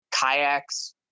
kayaks